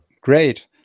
great